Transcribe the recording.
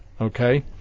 okay